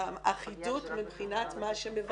ואחידות מבחינת מה שמבקשים.